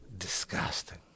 disgusting